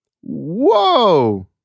whoa